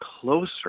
closer